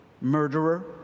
murderer